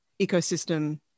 ecosystem